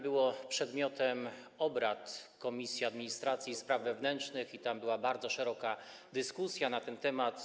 Było ono przedmiotem obrad Komisji Administracji i Spraw Wewnętrznych, gdzie odbyła się bardzo szeroka dyskusja na ten temat.